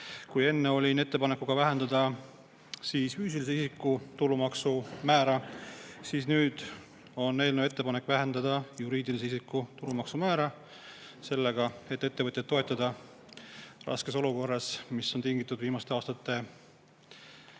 Kui enne olin ettepanekuga vähendada füüsilise isiku tulumaksu määra, siin nüüd on eelnõu ettepanek vähendada juriidilise isiku tulumaksu määra, et ettevõtjaid toetada raskes olukorras, mis on tingitud viimaste aastate suurest